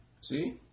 See